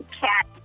cat